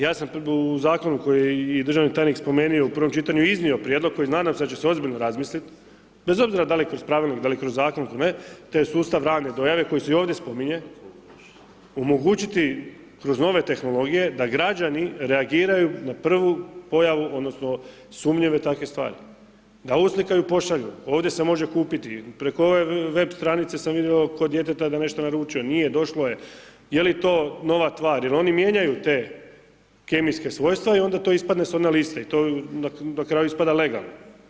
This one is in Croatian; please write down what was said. Ja sam u zakonu koji je i državni tajnik spomenuo u prvom čitanju, iznio prijedlog koji nadam se da će se ozbiljno razmislit, bez obzira da li kroz pravilnik, da li kroz zakon, ... to je sustav rane dojave koji se i ovdje spominje, omogućiti kroz nove tehnologije da građani reagiraju na prvu pojavu odnosno sumnjive takve stvari, da uslikaju i pošalju, ovdje se može kupiti, preko ove web stranice sam vidio kod djeteta da nešto naručuje, nije, došlo je, je li to nova tvar jer oni mijenjaju ta kemijska svojstva i onda to ispadne solidna lista i na kraju ispada legalno.